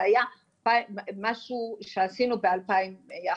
זה היה משהו שעשינו ב-2011,